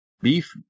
beef